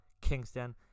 Kingston